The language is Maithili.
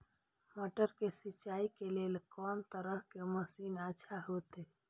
मटर के सिंचाई के लेल कोन तरह के मशीन अच्छा होते?